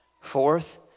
Fourth